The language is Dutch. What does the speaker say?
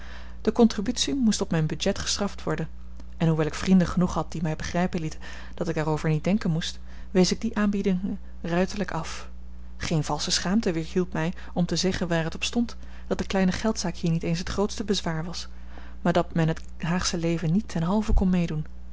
de contributie moest op mijn budget geschrapt worden en hoewel ik vrienden genoeg had die mij begrijpen lieten dat ik daarover niet denken moest wees ik die aanbiedingen ruiterlijk af geen valsche schaamte weerhield mij om te zeggen waar het op stond dat de kleine geldzaak hier niet eens het grootste bezwaar was maar dat men het haagsche leven niet ten halve kon meedoen